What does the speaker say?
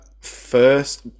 first